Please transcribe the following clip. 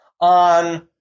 on